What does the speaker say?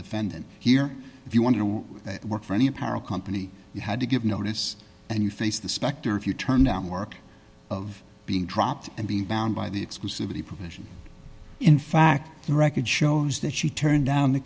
defendant here if you want to work for any apparel company you had to give notice and you face the specter if you turn down work of being dropped and being bound by the exclusively provisions in fact the record shows that she turned down